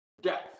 death